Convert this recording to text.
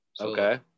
okay